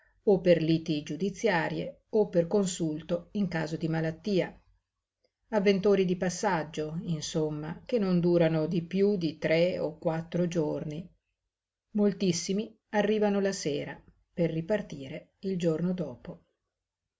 o per liti giudiziarie o per consulto in caso di malattia avventori di passaggio insomma che non durano di piú di tre o quattro giorni moltissimi arrivano la sera per ripartire il giorno dopo